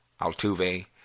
Altuve